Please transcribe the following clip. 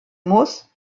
muss